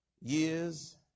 years